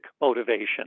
motivation